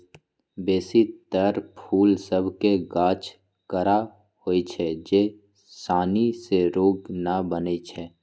बेशी तर फूल सभ के गाछ कड़ा होइ छै जे सानी से रोगी न बनै छइ